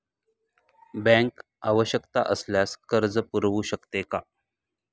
Bank आवश्यकता असल्यावर कर्ज पुरवू शकते का?